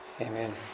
Amen